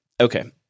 Okay